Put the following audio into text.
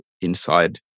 inside